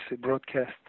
broadcast